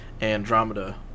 Andromeda